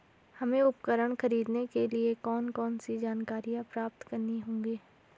हमें उपकरण खरीदने के लिए कौन कौन सी जानकारियां प्राप्त करनी होगी?